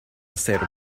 instead